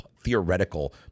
theoretical